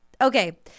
okay